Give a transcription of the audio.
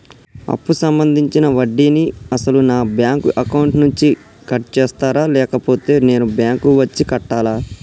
అప్పు సంబంధించిన వడ్డీని అసలు నా బ్యాంక్ అకౌంట్ నుంచి కట్ చేస్తారా లేకపోతే నేను బ్యాంకు వచ్చి కట్టాలా?